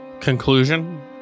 conclusion